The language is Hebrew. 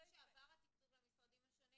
עבר התקצוב למשרדים השונים.